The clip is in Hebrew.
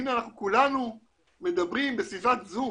הנה אנחנו כולנו מדברים בסביבת זום.